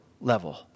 level